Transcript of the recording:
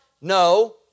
No